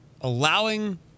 allowing